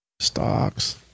Stocks